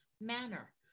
manner